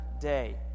day